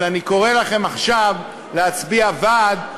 אבל אני קורא לכם עכשיו להצביע בעד,